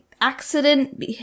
accident